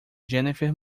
jennifer